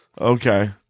Okay